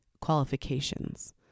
qualifications